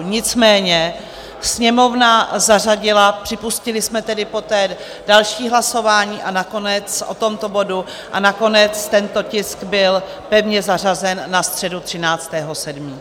Nicméně Sněmovna zařadila, připustili jsme tedy poté další hlasování nakonec o tomto bodu a nakonec tento tisk byl pevně zařazen na středu 13. 7.